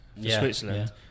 Switzerland